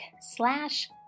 slash